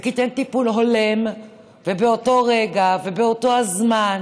ותיתן טיפול הולם ובאותו רגע ובאותו הזמן